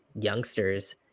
youngsters